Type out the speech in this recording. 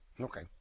Okay